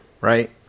right